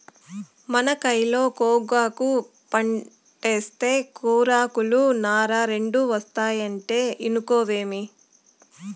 మన కయిలో గోగాకు పంటేస్తే కూరాకులు, నార రెండూ ఒస్తాయంటే ఇనుకోవేమి